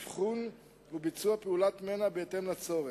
אבחון וביצוע פעולת מנע בהתאם לצורך.